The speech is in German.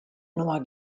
nummer